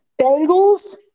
Bengals